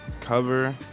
cover